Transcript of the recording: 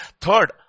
Third